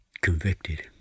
convicted